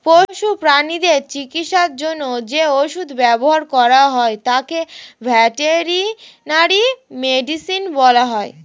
পশু প্রানীদের চিকিৎসার জন্য যে ওষুধ ব্যবহার করা হয় তাকে ভেটেরিনারি মেডিসিন বলা হয়